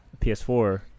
PS4